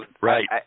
Right